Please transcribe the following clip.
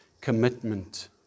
commitment